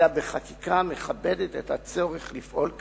אלא בחקיקה המכבדת את הצורך לפעול כדין,